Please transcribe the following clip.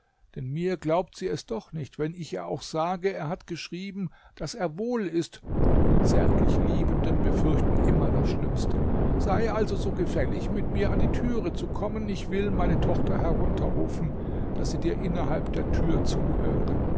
denn mir glaubt sie es doch nicht wenn ich ihr auch sage er hat geschrieben daß er wohl ist denn die zärtlich liebenden befürchten immer das schlimmste sei also so gefällig mit mir an die tür zu kommen ich will meine tochter herunterrufen daß sie dir innerhalb der tür zuhöre